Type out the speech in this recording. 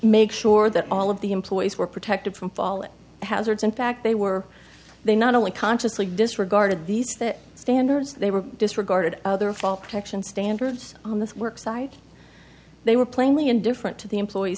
make sure that all of the employees were protected from falling hazards in fact they were they not only consciously disregarded these standards they were disregarded other folk protection standards on this work site they were plainly indifferent to the employees